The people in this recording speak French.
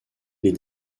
les